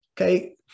Okay